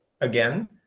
again